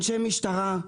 אנשי משטרה,